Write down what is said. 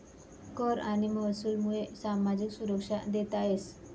कर आणि महसूलमुये सामाजिक सुरक्षा देता येस